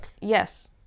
yes